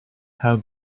how